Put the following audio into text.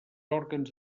òrgans